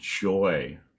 joy